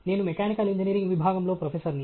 నేను mechanical engineering విభాగంలో ప్రొఫెసర్ని